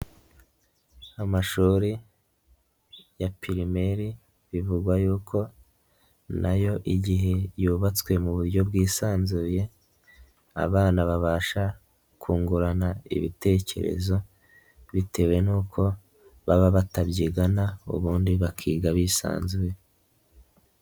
Amashuri ya pirimeri bivuga yuko nayo igihe yubatswe mu buryo bwisanzuye abana babasha kungurana ibitekerezo, bitewe n'uko baba batabyigana ubundi bakiga bisanzuye.